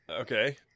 Okay